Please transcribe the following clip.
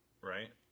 right